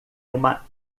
uma